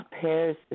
pairs